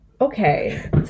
Okay